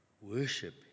worship